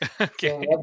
Okay